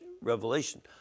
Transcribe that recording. revelation